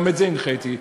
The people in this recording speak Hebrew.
גם בזה הנחיתי.